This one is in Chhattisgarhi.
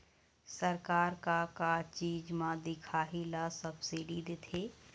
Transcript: सरकार का का चीज म दिखाही ला सब्सिडी देथे?